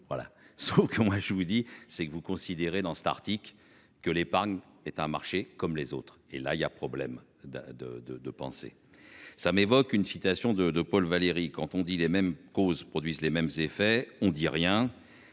voilà sauf que moi je vous dis, c'est que vous considérez dans cet article que l'épargne est un marché comme les autres et là il y a problème de de de de penser. Ça m'évoque une citation de Paul Valéry, quand on dit les mêmes causes produisent les mêmes effets, on dit rien